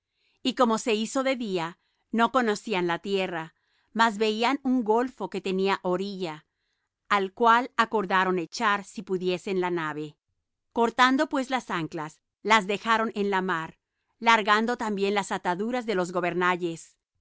y como se hizo de día no conocían la tierra mas veían un golfo que tenía orilla al cual acordaron echar si pudiesen la nave cortando pues las anclas las dejaron en la mar largando también las ataduras de los gobernalles